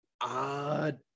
odd